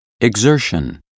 Exertion